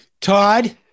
Todd